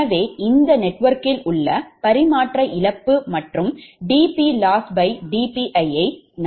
எனவே இந்த நெட்வொர்க்கில் உள்ள பரிமாற்ற இழப்பு மற்றும் dPLossdPi யை நாம் கண்டுபிடிக்க வேண்டும்